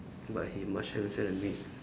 but he much handsome than me